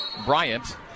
Bryant